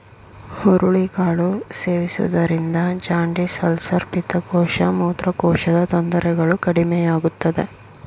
ಹುರುಳಿ ಕಾಳು ಸೇವಿಸುವುದರಿಂದ ಜಾಂಡಿಸ್, ಅಲ್ಸರ್, ಪಿತ್ತಕೋಶ, ಮೂತ್ರಕೋಶದ ತೊಂದರೆಗಳು ಕಡಿಮೆಯಾಗುತ್ತದೆ